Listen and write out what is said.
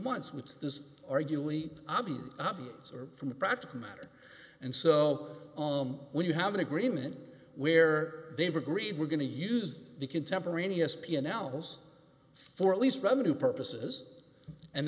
months which is arguably obvious options or from the practical matter and so on when you have an agreement where they've agreed we're going to use the contemporaneous p n l's for at least revenue purposes and